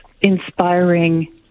inspiring